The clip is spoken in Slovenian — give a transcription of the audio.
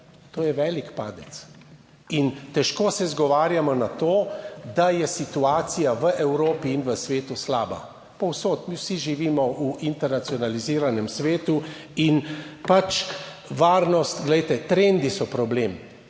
To je velik padec in težko se izgovarjamo na to, da je situacija v Evropi in v svetu slaba, povsod mi vsi živimo v internacionaliziranem svetu in pač, varnost, glejte, trendi so problem